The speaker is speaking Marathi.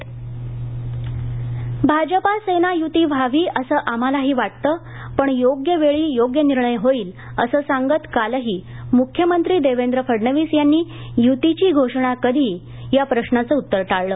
फडणवीस भाजपा सेना यूती व्हावी असं आम्हालाही वाटतं पण योग्य वेळी योग्य निर्णय होईल असं सांगत कालही मुख्यमंत्री देवेंद्र फडणवीस यांनी युतीची घोषणा कधी या प्रश्राचं उत्तर टाळलं